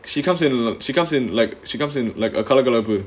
she comes in she comes in like she comes in like கலகலப்பு:kalakalappu